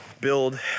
build